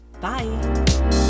Bye